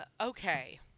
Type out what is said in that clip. Okay